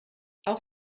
auch